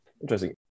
interesting